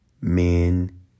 men